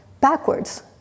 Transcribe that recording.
backwards